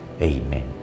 Amen